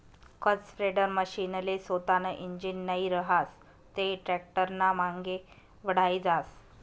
खत स्प्रेडरमशीनले सोतानं इंजीन नै रहास ते टॅक्टरनामांगे वढाई जास